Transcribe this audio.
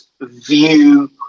view